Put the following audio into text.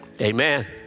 Amen